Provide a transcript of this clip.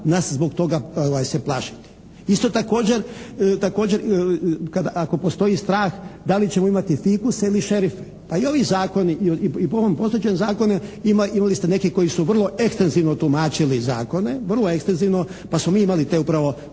nas zbog toga se plašiti. Isto također ako postoji strah da li ćemo imati fikuse ili šerife. Pa i ovi zakoni, pa i po ovom postojećem zakonu imali ste neke koji su vrlo ekstenzivno tumačili zakone, vrlo ekstenzivno pa smo mi imali te upravo,